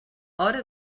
hora